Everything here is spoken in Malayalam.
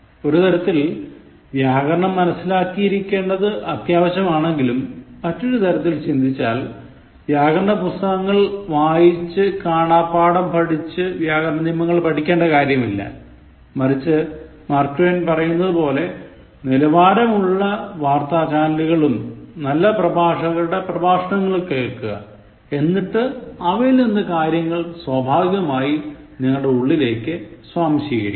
ഒരുതരത്തിൽ വ്യാകരണം മന്സിലാക്കിയിരിക്കെണ്ടത് അത്യാവശ്യംമാണെങ്കിലും മറ്റൊരു തരത്തിൽ ചിന്തിച്ചാൽ വ്യാകരണപുസ്തകങ്ങൾ വായിച്ചു കാണാപ്പാഠം പഠിച്ചു വ്യാകരണ നിയമങ്ങൾ പഠിക്കേണ്ട കാര്യമില്ല മറിച്ച് മാർക്ക് ട്വിൻ പറയുന്നതുപോലെ നിലവാരമുള്ള വാർത്താ ചാനലുകളും നല്ല പ്രഭാകരുടെ പ്രഭാഷണങ്ങളും കേൾക്കുക എന്നിട്ട് അവയിൽ നിന്ന് കാര്യങ്ങൾ സ്വാഭാവികമായി നിങ്ങളുടെ ഉള്ളിലേക്ക് സ്വാംശീകരിക്കുക